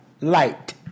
Light